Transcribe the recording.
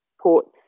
ports